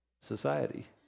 society